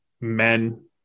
men